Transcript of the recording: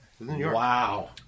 Wow